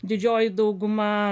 didžioji dauguma